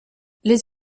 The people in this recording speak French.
les